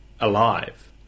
alive